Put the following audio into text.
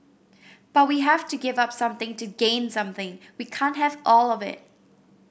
but we have to give up something to gain something we can't have all of it